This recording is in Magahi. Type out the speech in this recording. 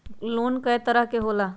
लोन कय तरह के होला?